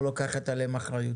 לא לקוחת עליהם אחריות?